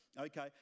okay